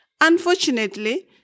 unfortunately